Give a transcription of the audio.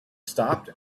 stopped